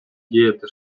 діяти